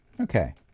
Okay